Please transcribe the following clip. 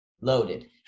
Loaded